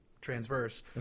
transverse